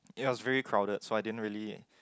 it was very crowded so I din really